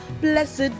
Blessed